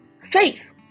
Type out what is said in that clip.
Faith